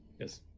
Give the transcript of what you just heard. Yes